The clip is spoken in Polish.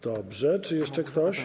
Dobrze, czy jeszcze ktoś?